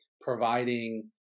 providing